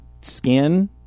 skin